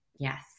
Yes